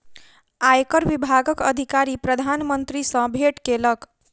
आयकर विभागक अधिकारी प्रधान मंत्री सॅ भेट केलक